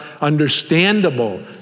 understandable